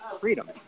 freedom